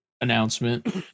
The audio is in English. announcement